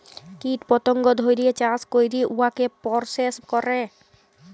কীট পতঙ্গ ধ্যইরে চাষ ক্যইরে উয়াকে পরসেস ক্যরে